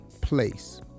place